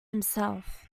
himself